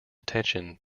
attention